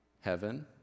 heaven